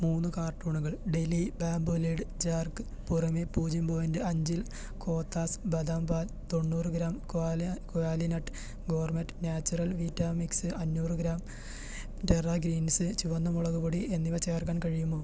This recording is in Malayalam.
മൂന്ന് കാർട്ടണുകൾ ഡെലി ബാംബൂ ലിഡ് ജാർക്ക് പുറമേ പൂജ്യം പോയിൻറ്റ് അഞ്ചിൽ കോത്താസ് ബദാം പാൽ തൊണ്ണൂറ് gram qualinut gourmet natural vita mix അഞ്ഞൂറ് ഗ്രാം ടെറ ഗ്രീൻസ് ചുവന്ന മുളക് പൊടി എന്നിവ ചേർക്കാൻ കഴിയുമോ